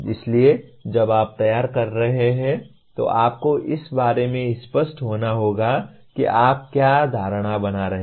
इसलिए जब आप तैयार कर रहे हैं तो आपको इस बारे में स्पष्ट होना होगा कि आप क्या धारणा बना रहे हैं